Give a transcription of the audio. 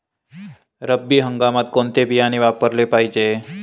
रब्बी हंगामात कोणते बियाणे वापरले पाहिजे?